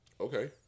Okay